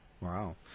Wow